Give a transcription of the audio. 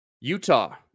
Utah